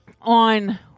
on